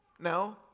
No